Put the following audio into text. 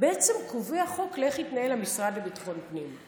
ובעצם קובע חוק איך יתנהל המשרד לביטחון הפנים.